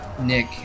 Nick